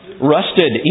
Rusted